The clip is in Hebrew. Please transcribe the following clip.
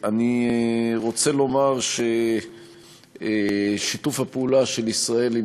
אני רוצה לומר ששיתוף הפעולה של ישראל עם